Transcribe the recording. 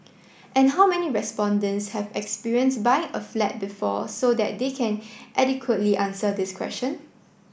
and how many respondents have experience buying a flat before so that they can adequately answer this question